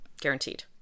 Guaranteed